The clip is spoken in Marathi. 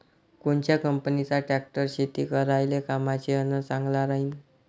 कोनच्या कंपनीचा ट्रॅक्टर शेती करायले कामाचे अन चांगला राहीनं?